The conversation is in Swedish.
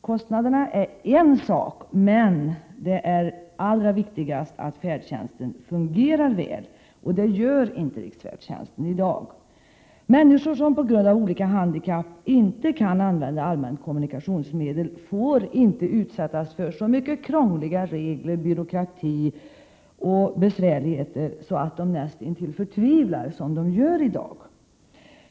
Kostnaderna är en sak, men det allra viktigaste är att riksfärdtjänsten fungerar väl, och det gör den inte i dag. Människor som på grund av olika handikapp inte kan använda allmänna kommunikationsmedel får inte utsättas för så mycket krångliga regler, byråkrati och besvärligheter att de näst intill förtvivlar, vilket de gör i dag.